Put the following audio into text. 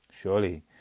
Surely